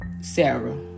Sarah